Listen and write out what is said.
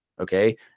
Okay